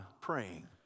praying